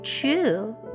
true